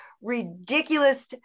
ridiculous